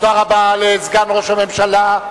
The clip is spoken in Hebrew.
תודה רבה לסגן ראש הממשלה,